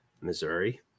Missouri